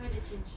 why the change